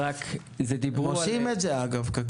אגב, קק"ל אנגליה עושים את זה.